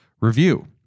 review